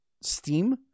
Steam